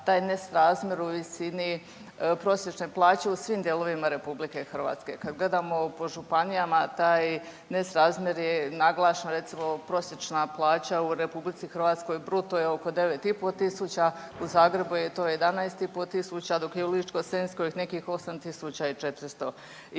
taj nesrazmjer u visini prosječne plaće u svim dijelovima RH. Kad gledamo po županijama, taj nesrazmjer je naglašeno, recimo, prosječna plaća u RH bruto je oko 9,5 tisuća, u Zagrebu je to 11,5 tisuća, dok je u Ličko-senjskoj nekih 8 400